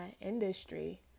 industry